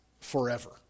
forever